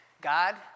God